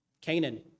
canaan